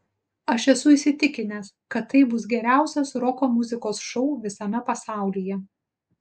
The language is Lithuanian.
aš esu įsitikinęs kad tai bus geriausias roko muzikos šou visame pasaulyje